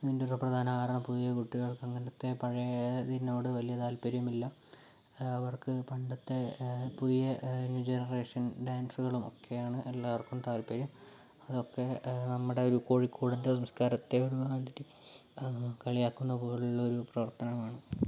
അതിൻ്റെ ഒരു പ്രധാന കാരണം പുതിയ കുട്ടികൾക്ക് അങ്ങനത്തെ പഴയതിനോട് വലിയ താല്പര്യമില്ല അവർക്ക് പണ്ടത്തെ പുതിയ ന്യൂ ജനറേഷൻ ഡാൻസുകളും ഒക്കെയാണ് എല്ലാവർക്കും താല്പര്യം അതൊക്കെ നമ്മുടെ ഒരു കോഴിക്കോടിൻ്റെ സംസ്കാരത്തെ ഒരുമാതിരി കളിയാക്കുന്ന പോലെയുള്ളൊരു പ്രവർത്തനമാണ്